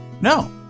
No